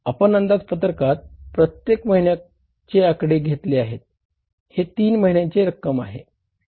आपण अंदाजपत्रकात प्रत्येक महिन्याचे आकडे घेतले आहे हि तीन महिन्यांची रक्कम आहे